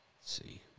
see